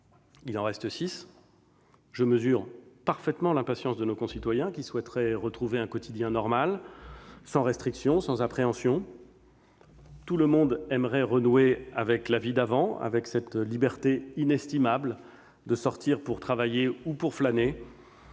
il en reste six. Je mesure parfaitement l'impatience de nos concitoyens, qui souhaiteraient retrouver un quotidien normal, sans restriction et sans appréhension. Tout le monde aimerait renouer avec la vie d'avant, avec cette liberté inestimable de sortir pour travailler ou flâner,